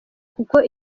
kuko